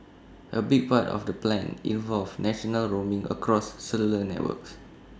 A big part of the plan involves national roaming across cellular networks